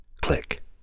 Click